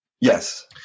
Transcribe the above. Yes